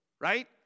Right